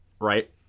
right